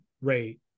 rate